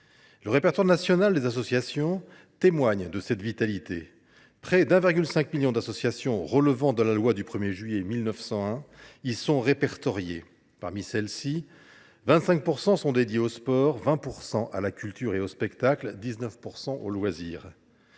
Le répertoire national des associations (RNA) témoigne de cette vitalité. Près de 1,5 million d’associations relevant de la loi du 1juillet 1901 y sont répertoriées. Parmi celles ci, 25 % sont consacrées au sport, 20 % à la culture et aux spectacles, 19 % aux loisirs.